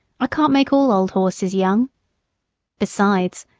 i can't make all old horses young besides,